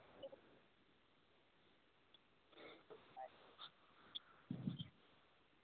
तऽ एहिमे अहाँकेँ की अहाँकेँ बिहारसँ की फायदा बुझाइए से कहू आब अहाँ